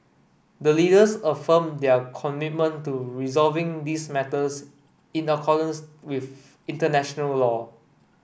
the leaders affirmed their commitment to resolving these matters in accordance with international law